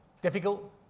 Difficult